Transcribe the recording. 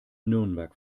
nürnberg